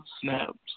snaps